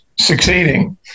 succeeding